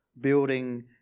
building